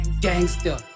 gangster